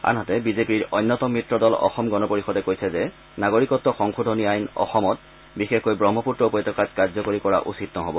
আনহাতে বিজেপিৰ অন্যতম মিত্ৰ দল অসম গণ পৰিষদে কৈছে যে নাগৰিকত্ব সংশোধনী আইন অসমত বিশেষকৈ ব্ৰহ্মপুত্ৰ উপত্যকাত কাৰ্যকৰী কৰা উচিত নহব